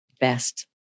best